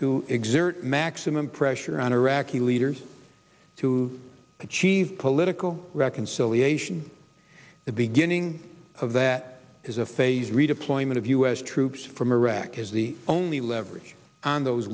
to exert maximum pressure on iraqi leaders to achieve political reconciliation the beginning of that is a phased redeployment of u s troops from iraq as the only leverage on those